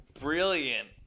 brilliant